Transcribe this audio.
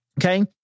Okay